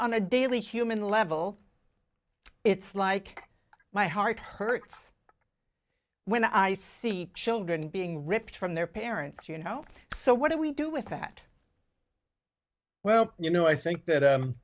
on a daily human level it's like my heart hurts when i see children being ripped from their parents you know so what do we do with that well you know i think that